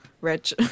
rich